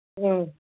ꯎꯝ